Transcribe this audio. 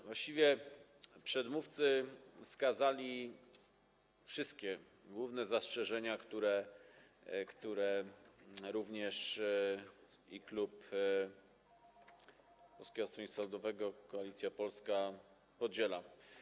Właściwie przedmówcy wskazali wszystkie główne zastrzeżenia, które również klub Polskie Stronnictwo Ludowe - Koalicja Polska podziela.